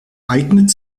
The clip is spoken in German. eignet